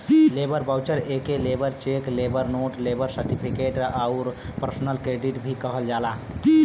labour voucher एके labour cheque, labour note, labour certificate आउर personal credit भी कहल जाला